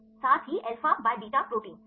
साथ ही alpha by beta protein सही